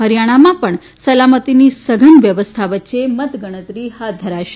હરીયાણામાં પણ સલામતીની સઘન વ્યવસ્થા વચ્યે મતગણતરી હાથ ધરાશે